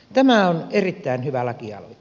tämä on erittäin hyvä lakialoite